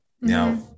Now